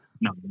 No